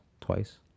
twice